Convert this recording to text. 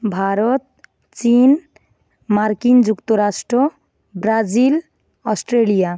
ভারত চীন মার্কিন যুক্তরাষ্ট্র ব্রাজিল অস্ট্রেলিয়া